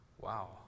Wow